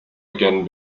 again